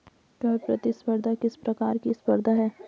कर प्रतिस्पर्धा किस प्रकार की स्पर्धा है?